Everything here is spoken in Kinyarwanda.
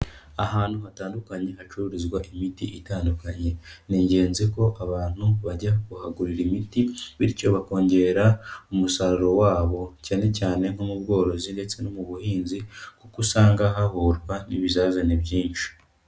Ahantu hatandukanye hacururizwa imiti itandukanye. Ni ingenzi ko abantu bajya kuhagurira imiti, bityo bakongera umusaruro wabo cyane cyane nko mu bworozi ndetse no mu buhinzi, kuko usanga hahurwa n'ibizazane byinshi.